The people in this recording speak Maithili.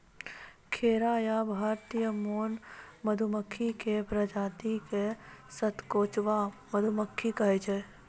खैरा या भारतीय मौन मधुमक्खी के प्रजाति क सतकोचवा मधुमक्खी कहै छै